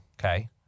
Okay